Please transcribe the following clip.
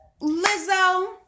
Lizzo